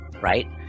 Right